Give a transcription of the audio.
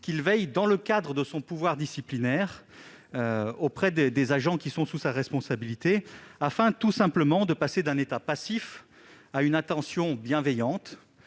principes dans le cadre de son pouvoir disciplinaire à l'égard des agents qui sont sous sa responsabilité, afin, tout simplement, de passer d'un état passif à une attention bienveillante.